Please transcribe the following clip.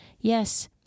Yes